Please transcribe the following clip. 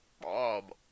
Bob